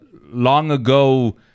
long-ago